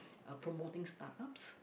a promoting startups